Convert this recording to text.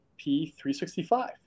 P365